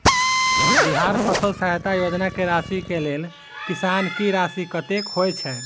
बिहार फसल सहायता योजना की राशि केँ लेल किसान की राशि कतेक होए छै?